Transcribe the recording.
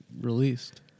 released